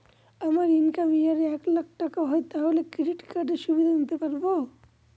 আমার income year এ এক লাক টাকা হয় তাহলে ক্রেডিট কার্ড এর সুবিধা নিতে পারবো?